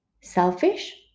selfish